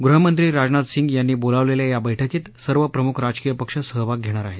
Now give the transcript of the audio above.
गृहमंत्री राजनाथ सिंह यांनी बोलावलेल्या या बैठकीत सर्व प्रमुख राजकीय पक्ष सहभाग घेणार आहेत